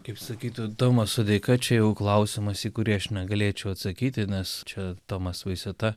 kaip sakytų tomas sodeika čia jau klausimas į kurį aš negalėčiau atsakyti nes čia tomas vaiseta